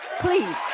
please